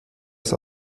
ist